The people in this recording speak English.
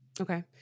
Okay